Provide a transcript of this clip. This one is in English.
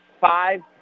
five